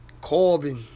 Corbin